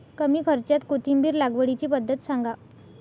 कमी खर्च्यात कोथिंबिर लागवडीची पद्धत सांगा